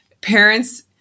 parents